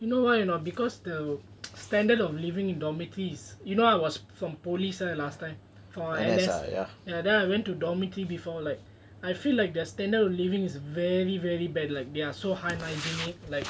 you know why or not because the standard of living in dormitories you know I was from police last time for N_S ya then I went to dormitory before like I feel like their standard of living is very very bad like they are so unhygienic